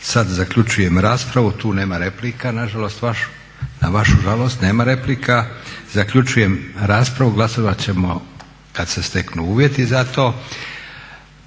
Sad zaključujem raspravu. Tu nema replika, na žalost, na vašu žalost nema replika. Zaključujem raspravu. Glasovat ćemo kad se steknu uvjeti za to.